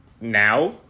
now